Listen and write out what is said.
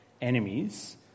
enemies